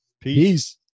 Peace